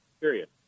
period